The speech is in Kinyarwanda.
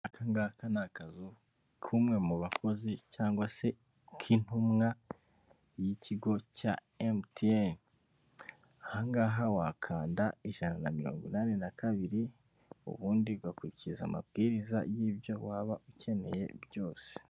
Aka ngaka ni akazu k'umwe mu bakozi cyangwa se k'intumwa y'ikigo cya emutiyene ahangaha wakanda ijana na mirongo inani na kabiri ubundi ugakurikiza amabwiriza y'ibyo waba ukeneye byose.